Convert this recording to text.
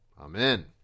amen